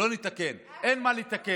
לא נתקן, אין מה לתקן.